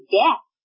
death